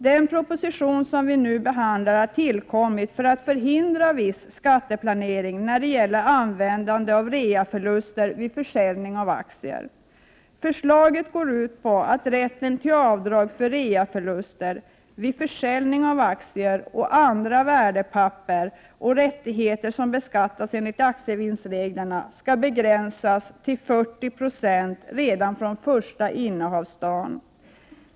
Den proposition som vi nu behandlar har tillkommit för att förhindra viss skatteplanering när det gäller användandet av reaförluster vid försäljning av aktier. Förslaget går ut på att rätten till avdrag för reaförluster vid försäljning av aktier och andra värdepapper samt rättigheter som beskattas enligt aktievinstreglerna skall begränsas till 40 90 redan från första innehavsdagen.